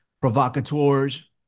provocateurs